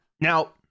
Now